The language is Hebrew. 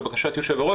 לבקשת היושב ראש,